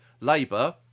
Labour